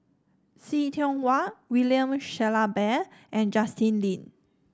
See Tiong Wah William Shellabear and Justin Lean